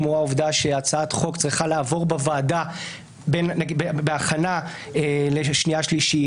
כמו העובדה שהצעת חוק צריכה לעבור בוועדה בהכנה לשנייה שלישית,